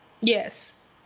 Yes